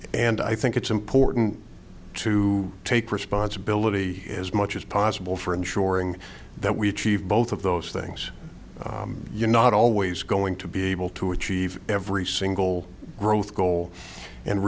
and i think it's important to take responsibility as much as possible for ensuring that we achieve both of those things you're not always going to be able to achieve every single growth goal and